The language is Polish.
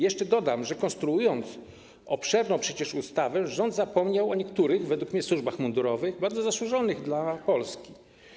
Jeszcze dodam, że konstruując obszerną przecież ustawę, rząd zapomniał o niektórych, według mnie, służbach mundurowych, bardzo zasłużonych dla Polski.